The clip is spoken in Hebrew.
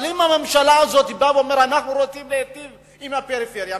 אבל אם הממשלה הזאת באה ואומרת: אנחנו רוצים להיטיב עם הפריפריה,